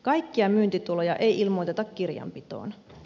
kaikkia myyntituloja ei ilmoiteta kirjanpitoon